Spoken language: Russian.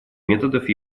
методов